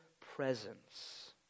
presence